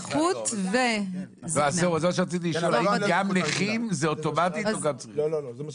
האם יש לכם נתונים מי